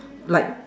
like